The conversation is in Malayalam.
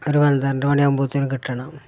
ഒരു പന്ത്രണ്ട് മണിയാകുമ്പത്തേന് കിട്ടണം